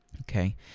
Okay